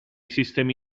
sistemi